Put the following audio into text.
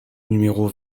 numéro